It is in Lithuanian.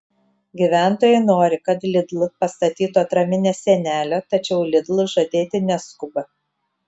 gyventojai nori kad lidl pastatytų atraminę sienelę tačiau lidl žadėti neskuba